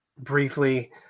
briefly